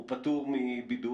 הוא פטור מבידוד.